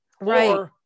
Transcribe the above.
Right